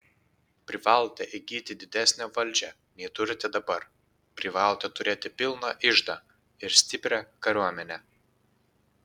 privalote įgyti didesnę valdžią nei turite dabar privalote turėti pilną iždą ir stiprią kariuomenę